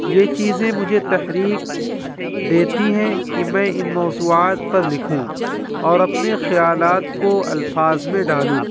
یہ چیزیں مجھے تحریک دیتی ہیں کہ میں ان موضوعات پر لکھوں اور اپنے خیالات کو الفاظ میں ڈالوں